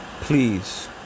please